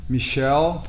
Michelle